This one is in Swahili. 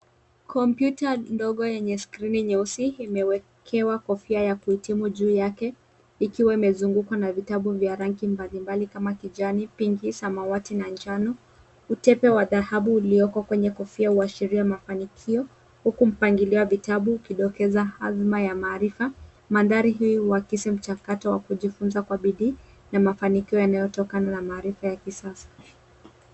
Kompyuta ndogo yenye skrini nyeusi imewekewa kofia ya kuhitimu juu yake ikiwa imezungukwa na vitabu vya rangi mbalimbali kama kijani, pinki, samawati na njano. Utepe wa dhahabu ulioko kwenye kofia huashiria mafanikio huku mpangilio wa vitabu ukidokeza hazma ya maarifa. Mandhari hii huakisi mchakato wa kujifunza kwa bidii na mafanikio yanayotokana na maarifa ya kisasa.